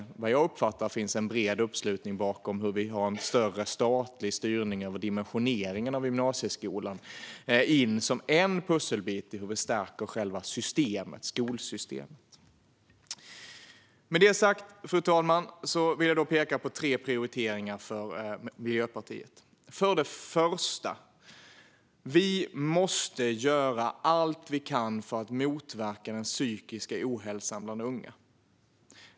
Där finns det, som jag uppfattar det, en bred uppslutning för att vi vill ha en större statlig styrning över dimensioneringen av gymnasieskolan. Fru talman! Med detta sagt vill jag peka på tre prioriteringar för Miljöpartiet. Den första gäller att vi måste göra allt vi kan för att motverka den psykiska ohälsan bland unga.